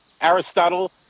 Aristotle